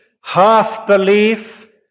half-belief